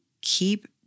keep